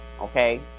Okay